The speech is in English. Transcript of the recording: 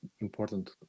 important